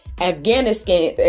afghanistan